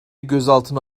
gözaltına